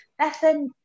Bethan